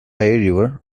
river